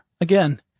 again